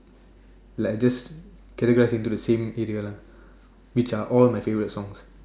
like just categorised into the same area lah which are all my favourite songs